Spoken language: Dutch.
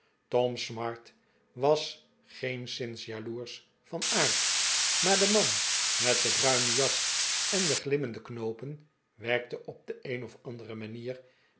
tom smart was geenszins jaloersch van aard maar de man met de bruine jas en de glimmende knoopen wekte op de een of andere manier